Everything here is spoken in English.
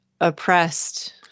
oppressed